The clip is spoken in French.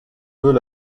veux